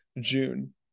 June